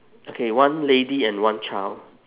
okay one lady and one child